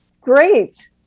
Great